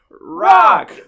Rock